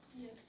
Yes